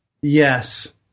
Yes